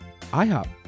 IHOP